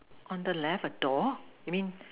on the left a door you mean